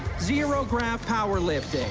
zero graphed our lived